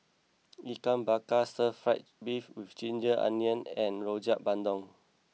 Ikan Bakar Stir Fried Beef with Ginger Onions and Rojak Bandung